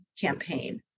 campaign